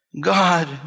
God